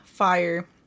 Fire